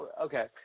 okay